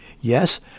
Yes